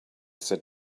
sit